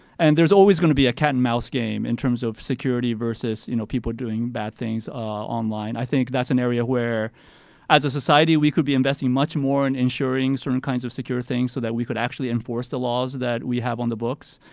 and there's always gonna be a cat and mouse game in terms of security versus you know people doing bad things online. i think that's an area where as a society we could be investing much more in insuring certain kinds of secure things so that could actually enforce the laws that we have on the books.